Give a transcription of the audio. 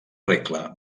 regla